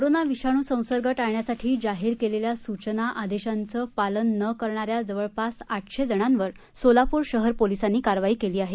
corona विषाणू संसर्ग टाळण्यासाठी जाहीर केलेल्यासूचना आदेशांचं पालन न करणाऱ्या जवळपास आठशे जणांवर सोलापूर शहर पोलिसांनी कारवाई केलीआहे